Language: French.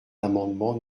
l’amendement